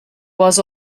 was